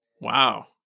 wow